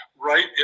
right